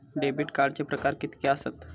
Debit कार्डचे प्रकार कीतके आसत?